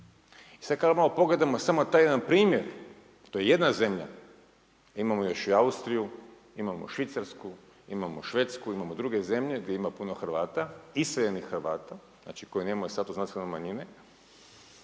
Sad kad malo pogledamo samo taj jedan primjer, to je jedna zemlja imamo još i Austriju, imamo Švicarsku, imamo Švedsku, imamo druge zemlje gdje ima puno Hrvata, iseljenih Hrvata. Znači koji nemaju status nacionalne manjine.